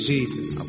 Jesus